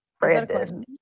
Brandon